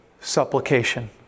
supplication